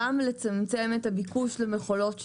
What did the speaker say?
גם לצמצם את הביקוש למכולות שיש,